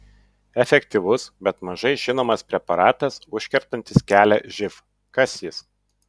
efektyvus bet mažai žinomas preparatas užkertantis kelią živ kas jis